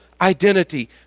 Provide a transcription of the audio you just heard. identity